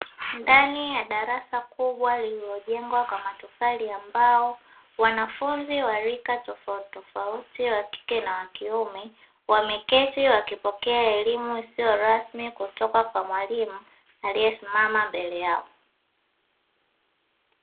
Ndani ya darasa kubwa lililojengwa kwa matofali na mbao, wanafunzi wa rika tofauti tofauti wa kike na wa kiume wameketi wakipokea elimu isiyo rasmi kutoka kwa mwalimu aliyesimama mbele yao.